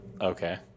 Okay